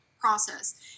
process